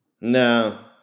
No